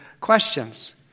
questions